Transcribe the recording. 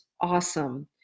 awesome